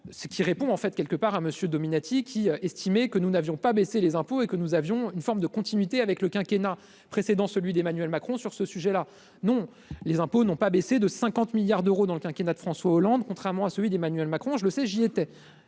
ce qui répond en fait quelque part à monsieur Dominati, qui estimait que nous n'avions pas baisser les impôts et que nous avions une forme de continuité avec le quinquennat précédent, celui d'Emmanuel Macron sur ce sujet là, non, les impôts n'ont pas baissé de 50 milliards d'euros dans le quinquennat de François Hollande, contrairement à celui d'Emmanuel Macron je le sais, j'y étais.